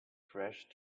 fresh